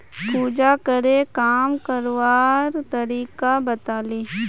पूजाकरे काम करवार तरीका बताले